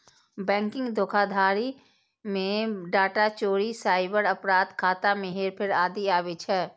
banking धोखाधड़ी मे data चोरी, साइबर अपराध, खाता मे हेरफेर आदि आबै छै